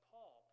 Paul